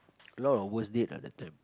a lot of worst date ah that time